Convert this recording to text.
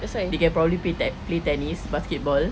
they can probably play te~ play tennis basketball